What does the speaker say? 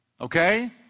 Okay